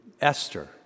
Esther